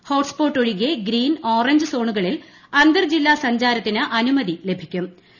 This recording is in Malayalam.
ഹോട്ട്സ്പോട്ട് ഒഴികെ ഗ്രീൻ ഓറഞ്ച് സോണുകളിൽ അന്തർ ജില്ലാ സഞ്ചാരത്തിന് അനുമതി ലഭിക്കു്